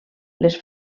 les